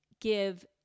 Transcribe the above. give